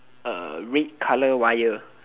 uh red colour wire